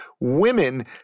women